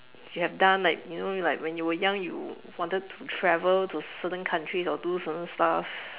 you have done like you know like when you were young you wanted to travel to certain countries or do certain stuff